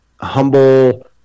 humble